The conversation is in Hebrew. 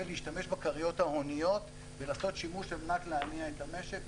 להשתמש בכריות ההוניות ולעשות שימוש על מנת להניע את המשק.